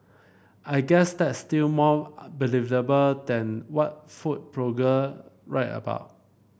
I guess that's still more believable than what food blogger write about